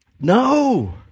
No